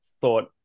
thought